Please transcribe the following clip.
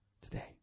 today